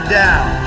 down